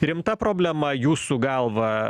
rimta problema jūsų galva